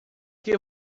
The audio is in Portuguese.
que